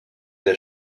der